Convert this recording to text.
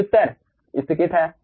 सही उत्तर स्तरीकृत है